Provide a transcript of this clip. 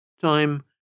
Time